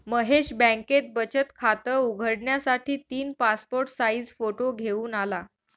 महेश बँकेत बचत खात उघडण्यासाठी तीन पासपोर्ट साइज फोटो घेऊन आला